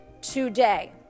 today